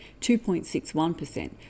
2.61%